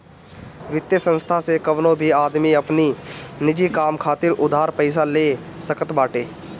वित्तीय संस्थान से कवनो भी आदमी अपनी निजी काम खातिर उधार पईसा ले सकत बाटे